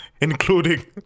including